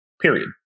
period